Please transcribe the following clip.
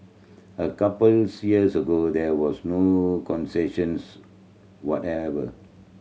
a couples years ago there was no concessions whatever